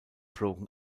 broken